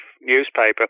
newspaper